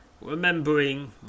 Remembering